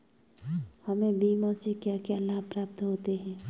हमें बीमा से क्या क्या लाभ प्राप्त होते हैं?